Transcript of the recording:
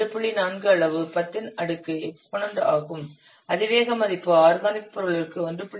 4 அளவு 10 இன் அடுக்கு எக்ஸ்பொனன்ட் ஆகும் அதிவேக மதிப்பு ஆர்கானிக் பொருட்களுக்கு 1